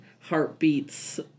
Heartbeats